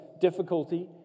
difficulty